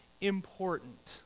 important